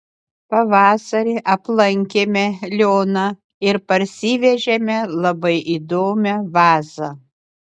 pavasarį aplankėme lioną ir parsivežėme labai įdomią vazą